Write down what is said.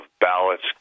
ballots